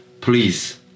please